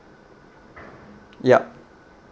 yup